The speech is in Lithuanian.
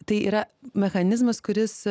tai yra mechanizmas kuris